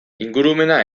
ingurumena